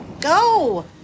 Go